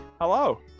Hello